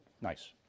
Nice